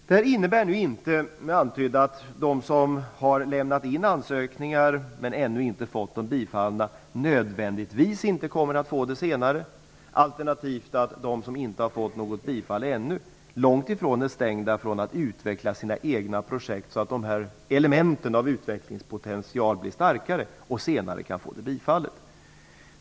Det innebär nödvändigtvis inte, som jag antydde, att de som har lämnat in ansökningar men ännu inte fått dem bifallna inte kommer att få det senare. Alternativt är de som inte har fått något bifall ännu långt ifrån stängda från att utveckla sina egna projekt så att elementen av utvecklingspotential blir starkare och de senare kan få dem bifallna.